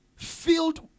filled